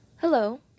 Hello